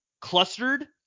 clustered